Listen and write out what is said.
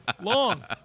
Long